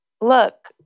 look